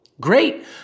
great